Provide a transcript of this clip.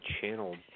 channel